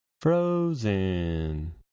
Frozen